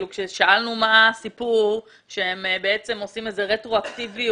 שאלנו מה הסיפור הם בעצם עושים את זה רטרואקטיבי